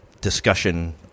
discussion